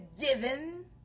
given